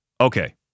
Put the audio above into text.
Okay